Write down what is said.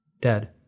dead